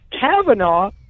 Kavanaugh